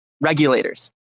regulators